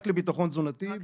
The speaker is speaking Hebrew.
רק לביטחון תזונתי,